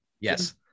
Yes